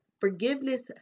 forgiveness